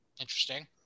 Interesting